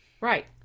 Right